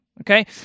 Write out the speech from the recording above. Okay